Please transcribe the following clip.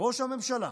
ראש הממשלה,